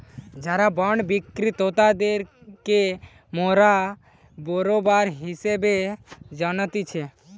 যারা বন্ড বিক্রি ক্রেতাদেরকে মোরা বেরোবার হিসেবে জানতিছে